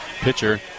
pitcher